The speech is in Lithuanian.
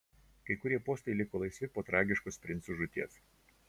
kai kurie postai liko laisvi po tragiškos princų žūties